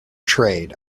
trade